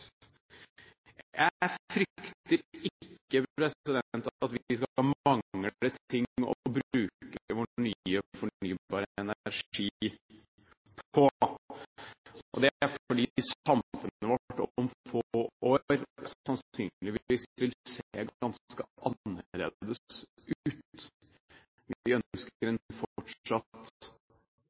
Jeg frykter ikke at vi skal mangle ting å bruke vår nye fornybare energi på. Det er fordi samfunnet vårt om få år sannsynligvis vil se ganske annerledes ut. Vi ønsker en fortsatt